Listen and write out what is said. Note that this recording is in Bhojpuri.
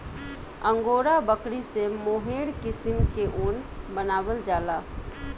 अंगोरा बकरी से मोहेर किसिम के ऊन बनावल जाला